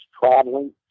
traveling